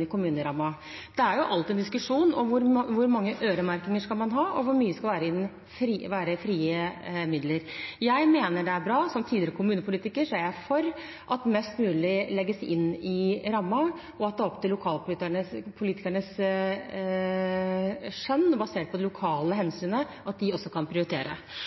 i kommunerammen. Det er alltid en diskusjon om hvor mange øremerkinger man skal ha, og hvor mye som skal være frie midler. Jeg mener det er bra – og som tidligere kommunepolitiker er jeg for – at mest mulig legges inn i rammen, og at det er opp til lokalpolitikernes skjønn basert på lokale hensyn å prioritere. Da man la det inn i rammen, var det på bakgrunn av de